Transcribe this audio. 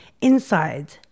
inside